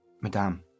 Madame